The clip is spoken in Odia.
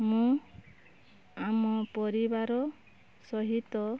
ମୁଁ ଆମ ପରିବାର ସହିତ